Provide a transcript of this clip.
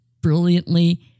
brilliantly